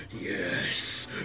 Yes